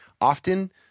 often